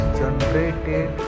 generated